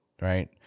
right